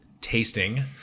tasting